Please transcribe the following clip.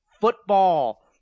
football